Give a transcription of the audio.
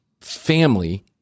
family